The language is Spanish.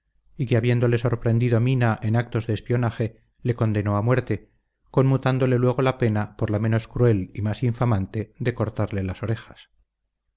y que habiéndole sorprendido mina en actos de espionaje le condenó a muerte conmutándole luego la pena por la menos cruel y más infamante de cortarle las orejas